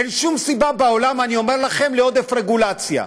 אין שום סיבה בעולם, אני אומר לכם, לעודף רגולציה.